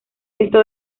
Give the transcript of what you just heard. esto